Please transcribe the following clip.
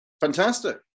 fantastic